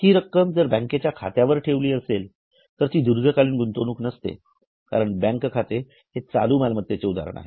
हि रक्कम जर बँकेच्या खात्यावर ठेवली तर ती दीर्घकालीन गुंतवणूक नसते कारण बँक खाते हे चालू मालमत्तेचे उदाहरण आहे